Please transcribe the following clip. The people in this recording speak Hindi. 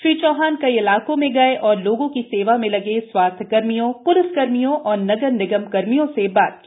श्री चौहान कई इलाकों में गए और लोगों की सेवा में लगे स्वास्थ्य कर्मियों प्लिस कर्मियों और नगर निगम कर्मियों से बात की